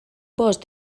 bost